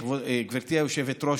גברתי היושבת-ראש,